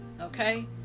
Okay